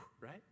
right